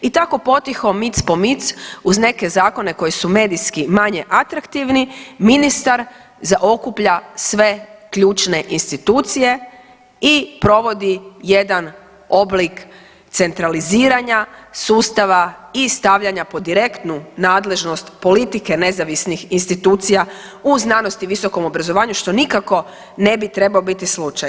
I tako potiho, mic po mic uz neke zakone koji su medijski manje atraktivni ministar zaokuplja sve ključne institucije i provodi jedan oblik centraliziranja sustava i stavljanja pod direktnu nadležnost politike nezavisnih institucija u znanosti i visokom obrazovanju što nikako ne bi trebao biti slučaj.